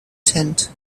tent